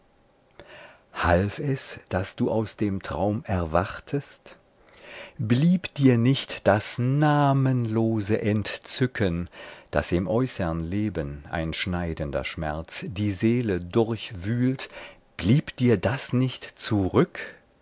half es daß du aus dem traum erwachtest blieb dir nicht das namenlose entzücken das im äußern leben ein schneidender schmerz die seele durchwühlt blieb dir das nicht zurück